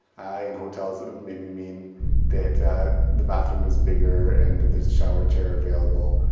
in hotels it may mean that the bathroom is bigger and that there's a shower chair available